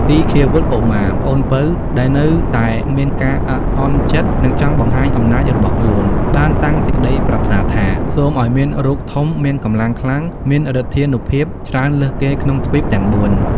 ទីឃាវុត្ត កុមារ (ប្អូនពៅ) ដែលនៅតែមានការអាក់អន់ចិត្ត និងចង់បង្ហាញអំណាចរបស់ខ្លួន បានតាំងសេចក្តីប្រាថ្នាថា "សូមឱ្យមានរូបធំ មានកម្លាំងខ្លាំង មានឫទ្ធានុភាពច្រើនលើសគេក្នុងទ្វីបទាំង ៤។